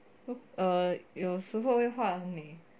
err 有时候会画很美